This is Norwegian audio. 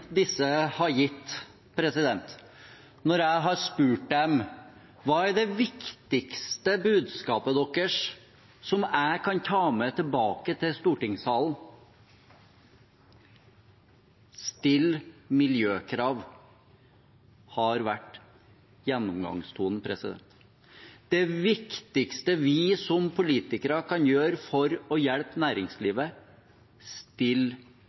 disse har gitt når jeg har spurt dem: Hva er det viktigste budskapet deres, som jeg kan ta med tilbake til stortingssalen? Still miljøkrav, har vært gjennomgangstonen. Det viktigste vi som politikere kan gjøre for å hjelpe